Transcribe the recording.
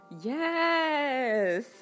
yes